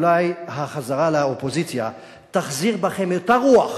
אולי החזרה לאופוזיציה תחזיר בכם אותה רוח